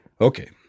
Okay